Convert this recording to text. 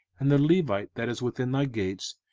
and the levite that is within thy gates,